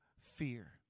fear